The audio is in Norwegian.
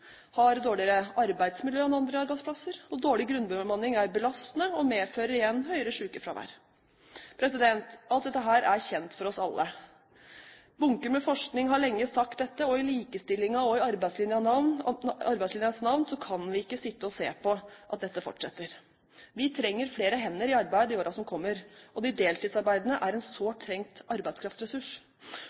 har dårligere arbeidsmiljø enn andre arbeidsplasser, og dårlig grunnbemanning er belastende og medfører igjen høyere sykefravær. Alt dette er kjent for oss alle. Bunker med forskning har lenge vist dette, og i likestillingens og i arbeidslinjens navn kan vi ikke sitte og se på at dette fortsetter. Vi trenger flere hender i arbeid i årene som kommer, og de deltidsarbeidende er en sårt trengt